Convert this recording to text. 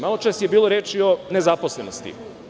Maločas je bilo reči o nezaposlenosti.